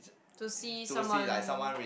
to see someone